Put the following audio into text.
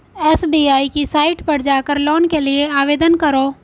SBI की site पर जाकर लोन के लिए आवेदन करो